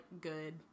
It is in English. good